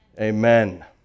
Amen